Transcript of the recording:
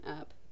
up